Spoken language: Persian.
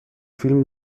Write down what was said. فیلم